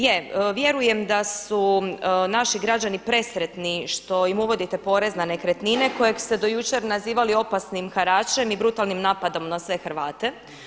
Je, vjerujem da su naši građani presretni što im uvodite porez na nekretnine kojeg ste do jučer nazivali opasnim haračem i brutalnim napadom na sve Hrvate.